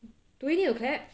do we need to clap